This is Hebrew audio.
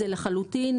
זה לחלוטין,